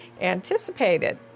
anticipated